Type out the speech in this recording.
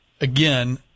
again